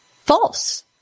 false